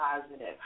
positive